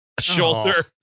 shoulder